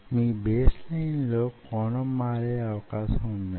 మీ baseline లో కోణం మారే అవకాశం వున్నది